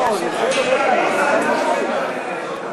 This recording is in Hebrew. צריך לעשות שלום בכנסת.